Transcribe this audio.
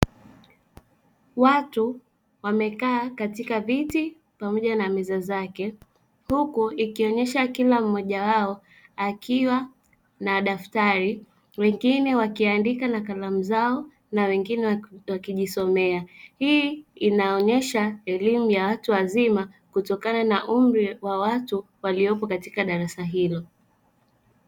Watu wamekaa viti pamoja na meza zake, huku ikionyesha kila mmoja wao akiwa na daftari, wengine wakiandika na kalamu zao na wengine wakijisomea. Hii inaonyesha elimu ya watu wazima kutokana na umri wa watu waliopo katika darasa hilo.